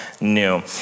new